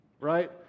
right